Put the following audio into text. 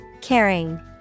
Caring